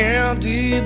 empty